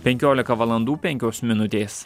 penkiolika valandų penkios minutės